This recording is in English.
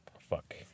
fuck